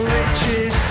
riches